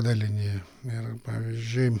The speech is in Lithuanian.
dalinį ir pavyzdžiui